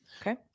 Okay